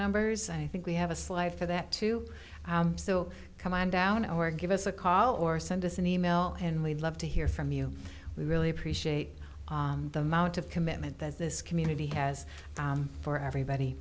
numbers i think we have a sly for that too so come on down or give us a call or send us an e mail and we'd love to hear from you we really appreciate the amount of commitment that this community has for everybody